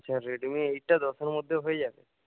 আচ্ছা রেডমি এইটটা দশের মধ্যে হয়ে যায়